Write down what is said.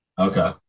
okay